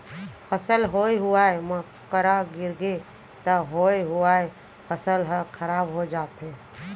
फसल होए हुवाए म करा गिरगे त होए हुवाए फसल ह खराब हो जाथे